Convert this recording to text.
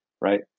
right